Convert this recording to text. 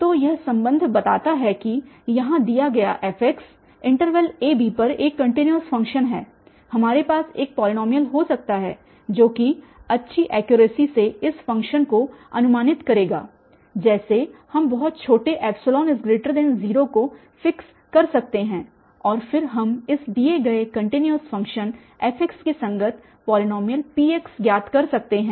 तो यह संबंध बताता है कि यहाँ दिया गया f a b पर एक कन्टिन्यूअस फ़ंक्शन है हमारे पास एक पॉलीनॉमियल हो सकता है जो कि अच्छी ऐक्युरसी से इस फ़ंक्शन को अनुमानित करेगा जैसे हम बहुत छोटे 0 को फिक्स कर सकते हैं और फिर हम इस दिए गए कन्टिन्यूअस फ़ंक्शनf के संगत पॉलीनॉमियल P ज्ञात कर सकते हैं